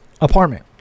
apartment